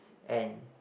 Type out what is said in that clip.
and